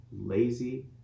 lazy